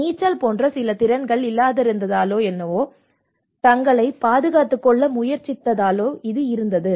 நீச்சல் போன்ற சில திறன்கள் இல்லாதிருந்ததாலோ அல்லது தங்களை பாதுகாத்துக் கொள்ள முயற்சித்ததாலோ அது இருந்தது